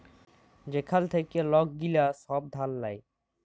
যেখাল থ্যাইকে লক গিলা ছব ধার লেয়